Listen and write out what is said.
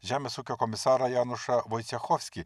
žemės ūkio komisarą janušą vaicechovskį